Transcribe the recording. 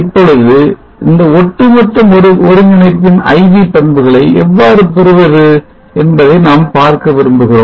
இப்பொழுது இந்த ஒட்டுமொத்த ஒருங்கிணைப்பின் IV பண்புகளை எவ்வாறு பெறுவது என்பதை நாம் பார்க்க விரும்புகிறோம்